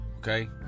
Okay